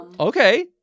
Okay